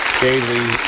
daily